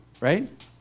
Right